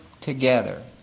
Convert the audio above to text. together